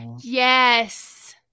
Yes